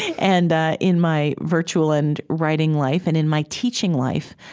and in my virtual and writing life and in my teaching life,